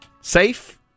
safe